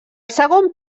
segon